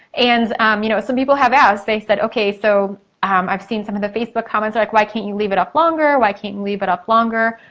and um you know some people have asked, they've said, okay, so i've seen some of the facebook comments. they're like why can't you leave it up longer, why can't you leave it up longer?